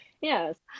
yes